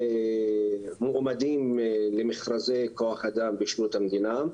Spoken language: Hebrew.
ומועמדים למכרזי כח אדם בשירות המדינה.